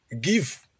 Give